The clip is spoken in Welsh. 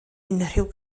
unrhyw